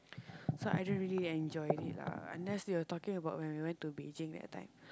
so I don't really enjoy it lah unless you're talking about when we went to Beijing that time